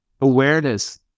awareness